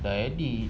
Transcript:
dah edit